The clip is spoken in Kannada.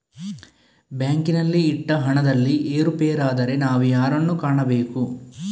ಬ್ಯಾಂಕಿನಲ್ಲಿ ಇಟ್ಟ ಹಣದಲ್ಲಿ ಏರುಪೇರಾದರೆ ನಾವು ಯಾರನ್ನು ಕಾಣಬೇಕು?